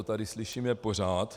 Tady to slyšíme pořád.